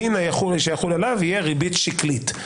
הדין שיחול עליו יהיה ריבית שקלית.